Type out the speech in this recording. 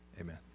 Amen